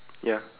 ya